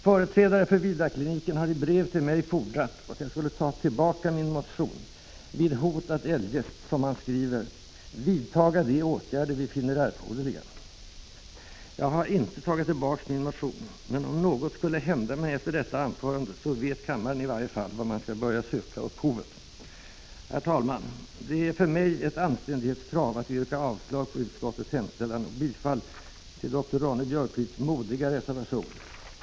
Företrädare för Vidarkliniken har i brev till mig fordrat att jag skulle ta tillbaka min motion, vid hot att eljest, som man skriver, ”vidtaga de åtgärder vi finner erforderliga”. Jag har inte tagit tillbaka min motion, men om något skulle hända mig efter detta anförande, så vet kammaren i varje fall var man kan börja söka upphovet. Herr talman! Det är för mig ett anständighetskrav att yrka avslag på utskottets hemställan och bifall till doktor Ronne-Björkqvists modiga reservation.